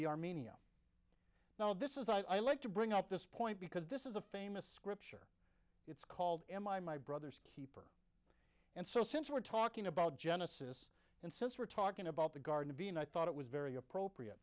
be armenia now this is i like to bring up this point because this is a famous scripture it's called am i my brother's keeper and so since we're talking about genesis and since we're talking about the garden of eden i thought it was very appropriate